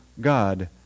God